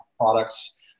products